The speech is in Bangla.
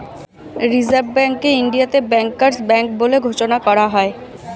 রিসার্ভ ব্যাঙ্ককে ইন্ডিয়াতে ব্যাংকার্স ব্যাঙ্ক বলে ঘোষণা করা হয়